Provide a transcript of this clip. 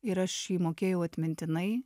ir aš jį mokėjau atmintinai